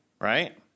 right